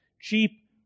cheap